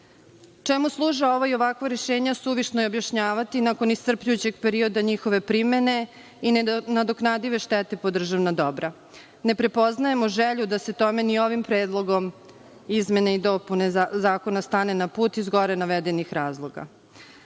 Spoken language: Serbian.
služe ovakva rešenja suvišno je objašnjavati nakon iscrpljujućeg perioda njihove primene i nenadoknadive štete po državna dobra. Ne prepoznajemo želju da se tome ni ovim Predlogom izmena i dopuna Zakona stane na put iz gore navedenih razloga. Poznato